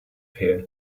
here